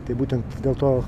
tai būtent dėl to